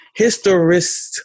historist